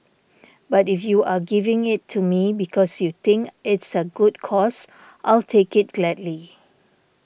but if you are giving it to me because you think it's a good cause I'll take it gladly